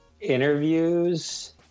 interviews